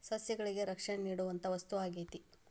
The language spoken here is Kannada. ಸಸ್ಯಗಳಿಗೆ ರಕ್ಷಣೆ ನೇಡುವಂತಾ ವಸ್ತು ಆಗೇತಿ